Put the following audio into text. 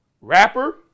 rapper